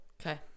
Okay